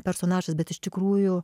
personažas bet iš tikrųjų